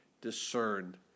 discerned